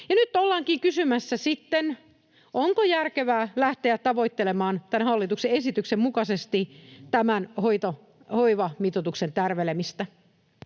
nyt ollaankin kysymässä sitten, onko järkevää lähteä tavoittelemaan tämän hallituksen esityksen mukaisesti tämän hoivamitoituksen tärvelemistä.